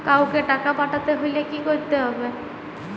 কাওকে টাকা পাঠাতে হলে কি করতে হবে?